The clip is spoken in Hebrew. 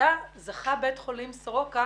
זכה בית החולים סורוקה